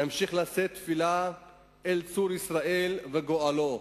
נמשיך לשאת תפילה אל צור ישראל וגואלו: